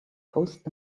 post